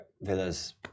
villas